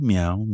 meow